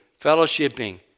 fellowshipping